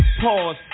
Pause